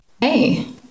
Hey